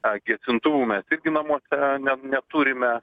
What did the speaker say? gesintuvų mes irgi namuose ne neturime